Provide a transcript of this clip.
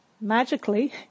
magically